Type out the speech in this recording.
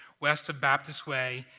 west of baptist way,